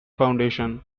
foundation